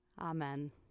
Amen